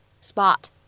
spot